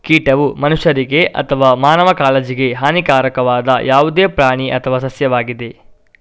ಕೀಟವು ಮನುಷ್ಯರಿಗೆ ಅಥವಾ ಮಾನವ ಕಾಳಜಿಗೆ ಹಾನಿಕಾರಕವಾದ ಯಾವುದೇ ಪ್ರಾಣಿ ಅಥವಾ ಸಸ್ಯವಾಗಿದೆ